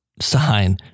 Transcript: sign